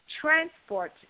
transport